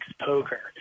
poker